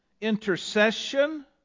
intercession